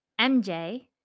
MJ